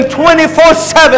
24-7